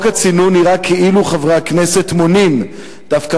מחוק הצינון נראה כאילו חברי הכנסת מונעים דווקא